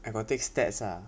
I got take stats lah